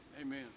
Amen